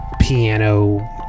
piano